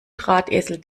drahtesel